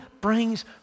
brings